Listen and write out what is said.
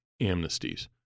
amnesties